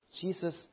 Jesus